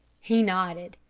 he nodded.